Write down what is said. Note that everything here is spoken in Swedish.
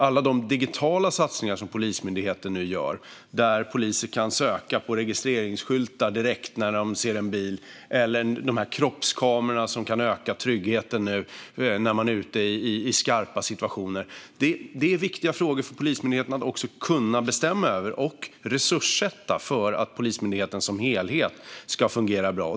Alla de digitala satsningar som Polismyndigheten gör, där poliser kan söka på registreringsskyltar direkt när de ser en bil, kroppskameror som ökar tryggheten i skarpa situationer, är viktiga frågor att bestämma över och resurssätta för att Polismyndigheten som helhet ska fungera bra.